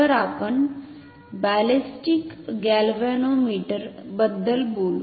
तर आपण ballistic galvanometer बद्दल बोलू